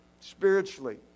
spiritually